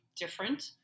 different